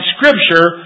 Scripture